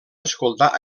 escoltar